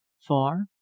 Far